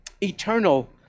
eternal